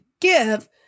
give